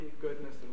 goodness